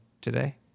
today